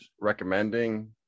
recommending